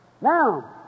Now